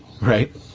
right